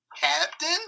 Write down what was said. Captain